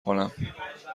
کنم